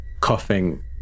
coughing